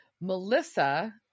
Melissa